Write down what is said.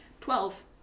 Twelve